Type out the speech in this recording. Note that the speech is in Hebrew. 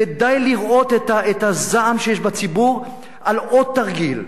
ודי לראות את הזעם שיש בציבור על עוד תרגיל.